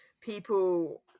people